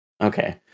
Okay